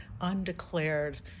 undeclared